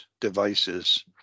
devices